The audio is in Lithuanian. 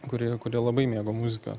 kurie kurie labai mėgo muziką